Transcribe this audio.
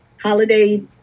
holiday